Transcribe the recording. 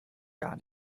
gar